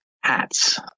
hats